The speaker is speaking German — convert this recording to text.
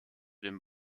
den